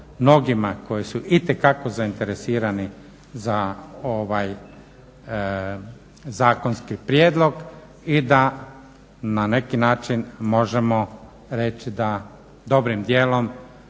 koji su itekako zainteresirani za ovaj zakonski prijedlog i da na neki način možemo reći da dobrim dijelom